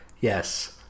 Yes